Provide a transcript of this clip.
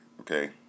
Okay